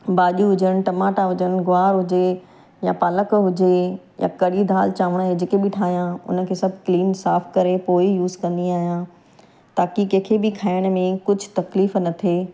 भाॼियूं हुजणी टमाटा हुजनि गुआर हुजे या पालक हुजे या कड़ी दाल चांवर जेके बि ठाहियां हुन खे सभु क्लीन साफ़ु करे पोइ ई यूज़ कंदी आहियां ताकी कंहिंखे बि खाइण में कुझु तकलीफ़ न थिए